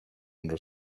under